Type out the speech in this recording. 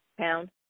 Pound